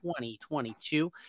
2022